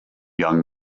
young